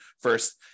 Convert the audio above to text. first